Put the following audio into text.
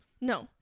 no